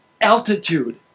altitude